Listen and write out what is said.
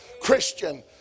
Christian